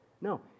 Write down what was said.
No